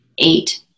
eight